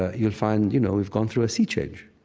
you'll find you know we've gone through a sea change.